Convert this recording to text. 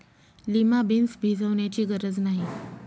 lima beans भिजवण्याची गरज नाही